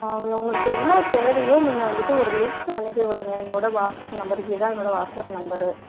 ஆ உங்களுக்கு எவ்வளோ தேவையோ நீங்கள் வந்துட்டு ஒரு லிஸ்ட் அனுப்பி விடுங்க என்னோடய வாட்ஸ்அப் நம்பருக்கு இதுதான் என்னோடய வாட்ஸ்அப் நம்பரு